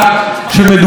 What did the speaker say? בסופו של דבר,